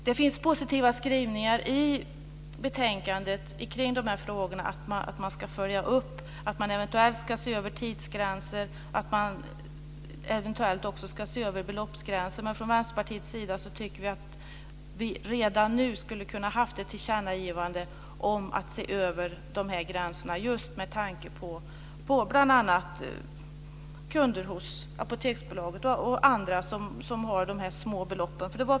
Det finns positiva skrivningar i betänkandet kring frågorna att man ska följa upp och eventuellt se över tidsgränser och beloppsgränser. Vi tycker att vi redan nu kunde komma med ett tillkännagivande om att se över de här gränserna, just med tanke på kunder hos Apoteksbolaget och andra med sådana här små belopp.